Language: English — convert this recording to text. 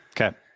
Okay